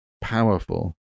powerful